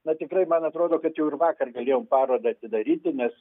na tikrai man atrodo kad jau ir vakar galėjom parodą atidaryti nes